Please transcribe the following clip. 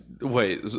Wait